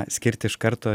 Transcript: skirti iš karto